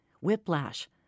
whiplash